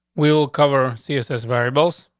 we will cover css variables.